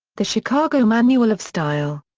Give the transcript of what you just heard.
the chicago manual of style.